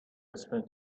explain